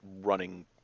running